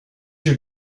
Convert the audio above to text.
your